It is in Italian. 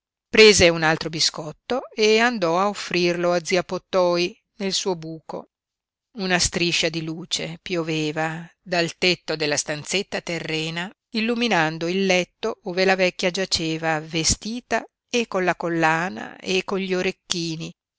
prese un altro biscotto e andò a offrirlo a zia pottoi nel suo buco una striscia di luce pioveva dal tetto della stanzetta terrena illuminando il letto ove la vecchia giaceva vestita e con la collana e con gli orecchini